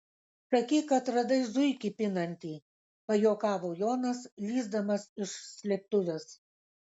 sakyk kad radai zuikį pinantį pajuokavo jonas lįsdamas iš slėptuvės